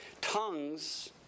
tongues